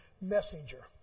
messenger